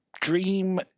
Dream